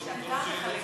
כשאתה מחלק דברי שבח.